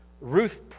Ruth